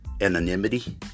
anonymity